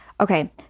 Okay